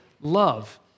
love